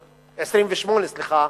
28, סליחה,